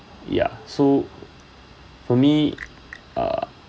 ya so for me uh